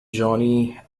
johnny